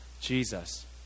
Jesus